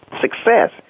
success